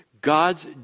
God's